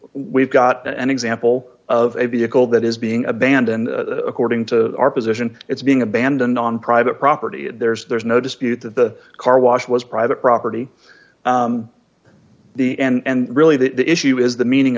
we've got an example of a vehicle that is being abandoned according to our position it's being abandoned on private property and there's there's no dispute that the car wash was private property the and really the issue is the meaning